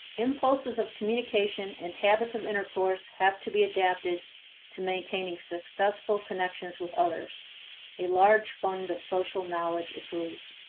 impulses of communication and habits of intercourse have to be adapted to maintaining successful connections with others a large fund of social knowledge accrues.